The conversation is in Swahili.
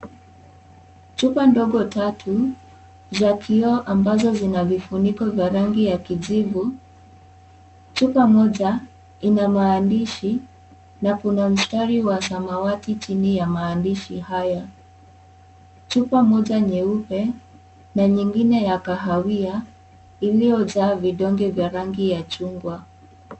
Chupa ndogo tatu za kioo ambazo zina vifuniko vya rangi ya kijivu. Chupa moja ina maandishi na kuna mstari wa samawati chini ya maandishi hayo. Chupa moja nyeupe na nyingine ya kahawia iliyojaa vidonge vya rangi ya chungwa.